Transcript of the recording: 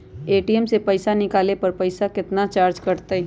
ATM से पईसा निकाले पर पईसा केतना चार्ज कटतई?